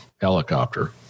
helicopter